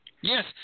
Yes